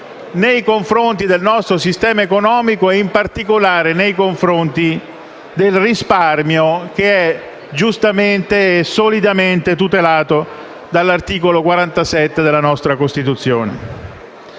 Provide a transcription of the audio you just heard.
nei confronti del nostro sistema economico e, in particolare, nei confronti del risparmio che è giustamente e solidamente tutelato dall'articolo 47 della nostra Costituzione.